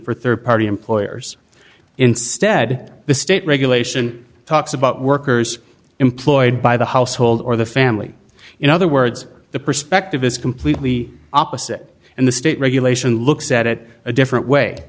for rd party employers instead the state regulation talks about workers employed by the household or the family in other words the perspective is completely opposite and the state regulation looks at it a different way